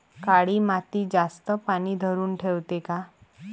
काळी माती जास्त पानी धरुन ठेवते का?